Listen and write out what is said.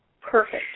Perfect